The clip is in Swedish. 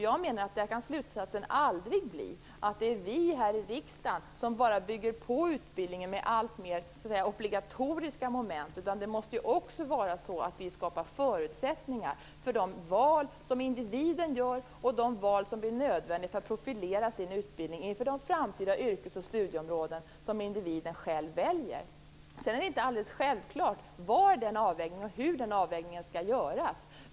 Jag menar att slutsatsen aldrig kan bli att vi här i riksdagen bara skall bygga på utbildningen med alltfler obligatoriska moment. Det måste också vara så att vi skapar förutsättningar för de val som individen gör, de val som är nödvändiga för att profilera utbildningen inför de framtida yrkes och studieområden som individen själv väljer. Sedan är det inte alldeles självklart var och hur den avvägningen skall göras.